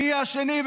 מי יהיה השני,